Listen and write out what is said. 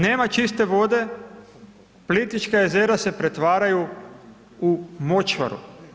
Nema čiste vode, Plitvička jezera se pretvaraju u močvaru.